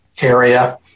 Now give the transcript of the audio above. area